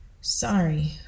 Sorry